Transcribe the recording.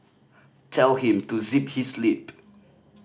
tell him to zip his lip